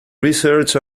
research